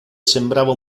sembrava